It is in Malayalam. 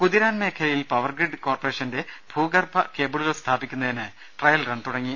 കുതിരാൻ മേഖലയിൽ പവ്വർഗ്രിഡ് കോർപ്പറേഷന്റെ ഭൂഗർഭ കേബിളുകൾ സ്ഥാപി ക്കുന്നതിന് ട്രയൽ റൺ തുടങ്ങി